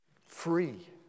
free